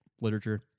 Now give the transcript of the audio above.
literature